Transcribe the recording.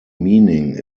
meaning